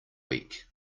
week